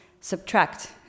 subtract